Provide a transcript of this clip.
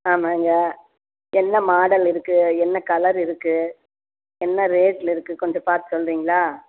ஆமாங்க என்ன மாடல் இருக்கு என்ன கலர் இருக்கு என்ன ரேட்டில் இருக்கு கொஞ்சம் பார்த்து சொல்கிறீங்களா